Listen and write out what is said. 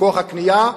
בכוח הקנייה,